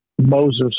Moses